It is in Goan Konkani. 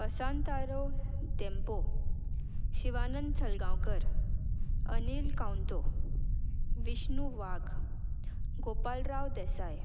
वसांतराव धेंपो शिवानंद साळगांवकर अनिल खंवटो विष्णू वाघ गोपालराव देसाय